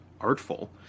artful